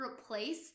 replace